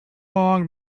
long